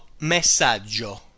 messaggio